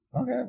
okay